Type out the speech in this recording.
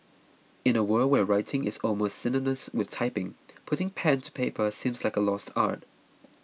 in a world where writing is almost synonymous with typing putting pen to paper seems like a lost art